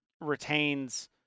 retains